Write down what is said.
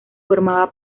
formaba